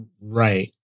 Right